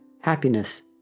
happiness